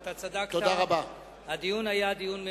אתה צדקת, הדיון היה דיון ממצה,